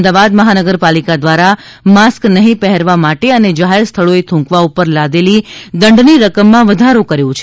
અમદાવાદ મહાનગર પાલિકા દ્વારા માસ્ક નહિ પહેરવા માટે અને જાહેર સ્થળો એ થ્રૂંકવા ઉપર લાદેલી દંડની રકમમાં વધારો કર્યો છે